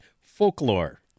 folklore